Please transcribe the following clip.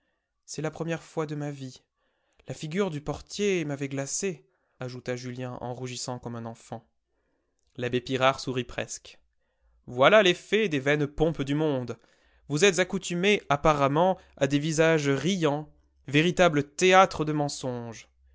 c'est la première fois de ma vie la figure du portier m'avait glacé ajouta julien en rougissant comme un enfant l'abbé pirard sourit presque voilà l'effet des vaines pompes du monde vous êtes accoutumé apparemment à des visages riants véritables théâtres de mensonge